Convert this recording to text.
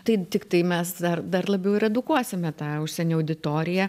tai tiktai mes dar dar labiau ir edukuosime tą užsienio auditoriją